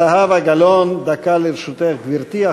זהבה גלאון, דקה לרשותך, גברתי.